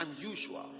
unusual